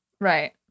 Right